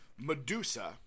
medusa